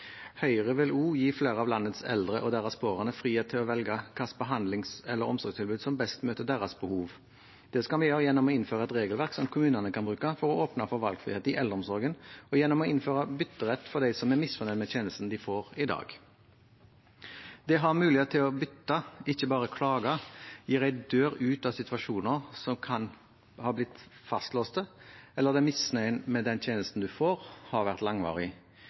Høyre vil også gi flere av landets eldre og deres pårørende frihet til å velge hvilke omsorgstilbud som best møter deres behov. Det skal vi gjøre gjennom å innføre et regelverk som kommunene kan bruke for å åpne for valgfrihet i eldreomsorgen, og gjennom å innføre bytterett for dem som er misfornøyd med tjenesten de får i dag. Det å ha muligheten til å bytte, ikke bare klage, gir en dør ut av situasjoner som kan ha blitt fastlåst, eller der misnøyen med den tjenesten en får, kan ha vært langvarig,